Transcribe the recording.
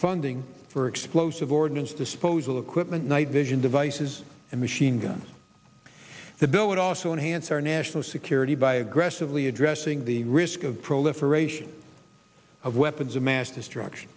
funding for explosive ordnance disposal equipment night vision devices and machine guns the bill would also enhance our national security by aggressively addressing the risk of proliferation of weapons of mass destruction